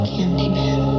Candyman